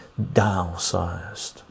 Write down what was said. downsized